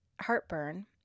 heartburn